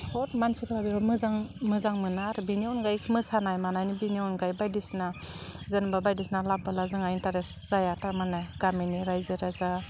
बहत मासिफोरा बेफोर मोजां मोजां मोना आरो बिनि अनगायै मोसानाय मानायनि बिनि अनगायै बायदिसिना जेनबा बायदिसिना लाबबोला जोंहा इन्टारेस्ट जाया थारमाने गामानि रायजो राजा